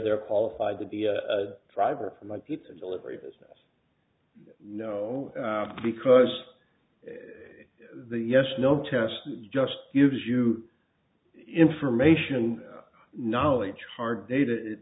they're qualified to be a driver for my pizza delivery business no because the yes no test just gives you information knowledge hard data it